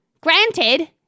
Granted